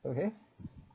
okay